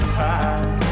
high